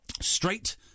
straight